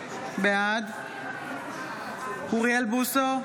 בעד אוריאל בוסו,